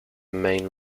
main